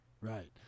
Right